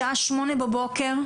בשעה 08:00 בבוקר,